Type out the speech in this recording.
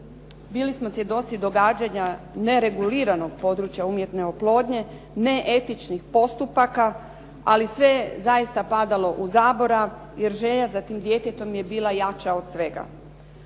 bili smo svjedoci događanja nereguliranog područja umjetne oplodnje, neetičnih postupaka ali sve je zaista padalo u zaborav, jer želja za tim djetetom je bila jača od svega.